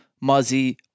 muzzy